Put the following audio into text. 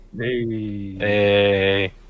Hey